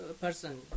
person